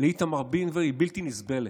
לאיתמר בן גביר היא בלתי נסבלת.